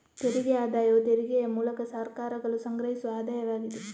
ತೆರಿಗೆ ಆದಾಯವು ತೆರಿಗೆಯ ಮೂಲಕ ಸರ್ಕಾರಗಳು ಸಂಗ್ರಹಿಸುವ ಆದಾಯವಾಗಿದೆ